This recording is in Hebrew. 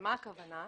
מה הכוונה?